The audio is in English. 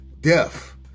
death